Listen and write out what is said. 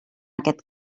aquest